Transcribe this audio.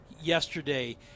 yesterday